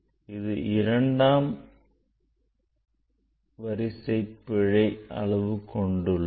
இது இரண்டாம் வரிசை பிழை அளவு கொண்டுள்ளது